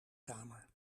kamer